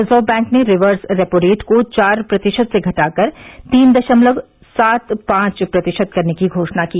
reserve bank ने reverse repo rate को चार प्रतिशत से घटाकर तीन दशमलव सात पांच प्रतिशत करने की घोषणा की